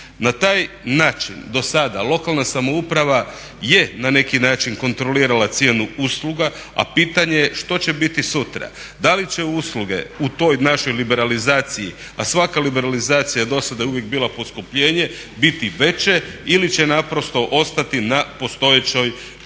Na taj način do sada lokalna samouprava je na neki način kontrolirala cijenu usluga, a pitanje je što će biti sutra. Da li će usluge u toj našoj liberalizaciji a svaka liberalizacija do sada je uvijek bila poskupljenje biti veće ili će naprosto ostati na postojećoj razini.